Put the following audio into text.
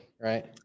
right